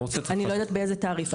אני לא יודעת באיזה תעריף.